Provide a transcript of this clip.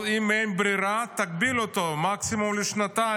אבל אם אין ברירה, תגביל את זה למקסימום שנתיים.